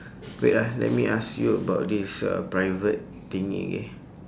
wait ah let me ask you about this uh private thingy